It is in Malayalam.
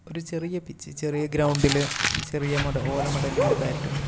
ഒരു ചെറിയ പിച്ച് ചെറിയ ഗ്രൗണ്ടിൽ ചെറിയ മട ഓല മടലിൻ്റെ ബാറ്റും